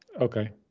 Okay